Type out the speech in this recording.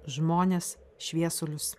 žmones šviesulius